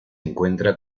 encuentra